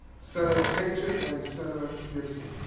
senator tkaczyk and senator gipson